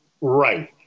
right